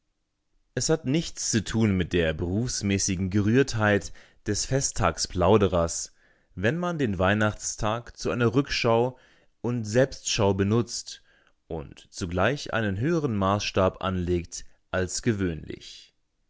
es hat nichts zu tun mit der berufsmäßigen gerührtheit des festtagsplauderers wenn man den weihnachtstag zu einer rückschau und selbstschau benutzt und zugleich einen höheren maßstab anlegt als gewöhnlich